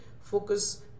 focus